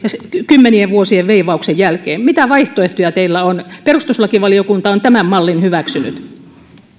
kymmenien vuosien veivauksen jälkeen mitä vaihtoehtoja teillä on perustuslakivaliokunta on tämän mallin hyväksynyt